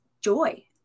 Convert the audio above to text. joy